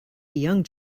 young